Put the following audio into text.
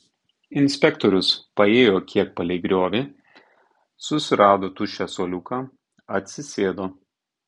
inspektorius paėjo kiek palei griovį susirado tuščią suoliuką atsisėdo